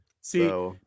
See